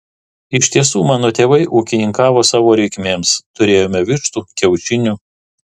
iš tiesų mano tėvai ūkininkavo savo reikmėms turėjome vištų kiaušinių